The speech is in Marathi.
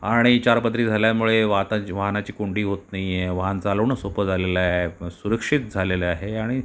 आणि चारपदरी झाल्यामुळे वाताची वाहनाची कोंडी होत नाही आहे वाहन चालवणं सोपं झालेलं आहे किंवा सुरक्षित झालेलं आहे आणि